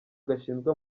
gashinzwe